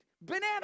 banana